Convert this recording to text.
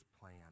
plan